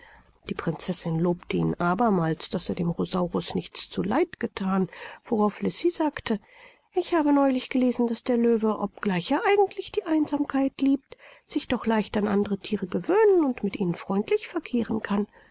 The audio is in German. die prinzessin lobte ihn abermals daß er dem rosaurus nichts zu leid gethan worauf lisi sagte ich habe neulich gelesen daß der löwe obgleich er eigentlich die einsamkeit liebt sich doch leicht an andere thiere gewöhnen und mit ihnen freundlich verkehren kann